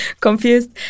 confused